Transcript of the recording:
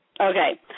Okay